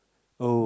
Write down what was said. oh